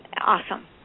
awesome